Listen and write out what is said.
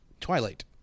Twilight